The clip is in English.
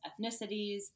ethnicities